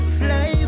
fly